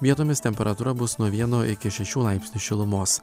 vietomis temperatūra bus nuo vieno iki šešių laipsnių šilumos